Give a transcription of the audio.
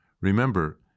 Remember